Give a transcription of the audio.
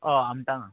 हय आमटान